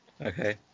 Okay